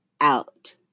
out